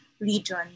region